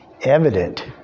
evident